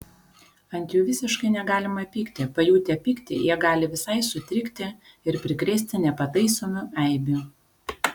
ant jų visiškai negalima pykti pajutę pyktį jie gali visai sutrikti ir prikrėsti nepataisomų eibių